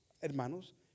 hermanos